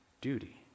duty